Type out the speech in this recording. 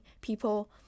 people